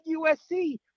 USC